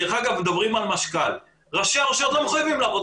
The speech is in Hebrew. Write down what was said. דיון דחוף על כך שמשרדי הממשלה לא עונים